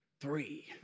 Three